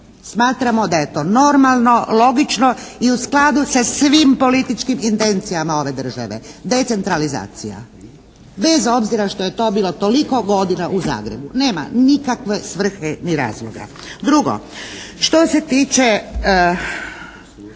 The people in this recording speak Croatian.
Smatramo da je to normalno, logično i u skladu sa svim političkim intencijama ove države, decentralizacija. Bez obzira što je to bilo toliko godina u Zagrebu. Nema nikakve svrhe ni razloga. Drugo, što se tiče